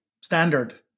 standard